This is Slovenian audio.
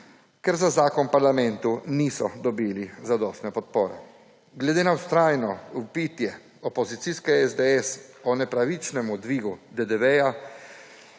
ker za zakon v parlamentu niso dobili zadostne podpore. Glede na vztrajno vpitje opozicijske SDS o nepravičnem dvigu DDV-ja